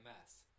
mess